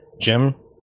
Jim